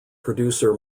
producer